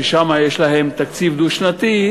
ששם יש להם תקציב דו-שנתי,